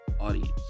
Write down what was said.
audience